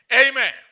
Amen